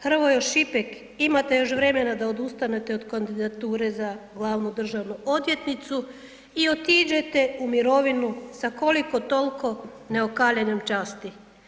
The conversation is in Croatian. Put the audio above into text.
Hrvoj Šišek, imate još vremena da odustanete od kandidature za glavnu državnu odvjetnicu i otiđete u mirovinu sa koliko-toliko neokaljanom časti.